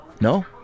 No